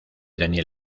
daniel